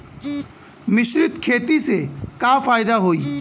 मिश्रित खेती से का फायदा होई?